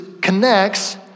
connects